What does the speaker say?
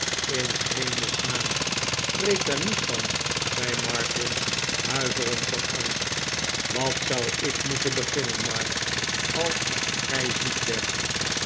s hemels naam spreek daar niet van zei martin huiverend van angst wat zou ik moeten beginnen mark als gij ziek werdt